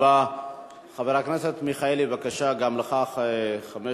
חבר הכנסת מיכאלי, בבקשה, גם לך חמש